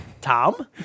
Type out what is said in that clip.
Tom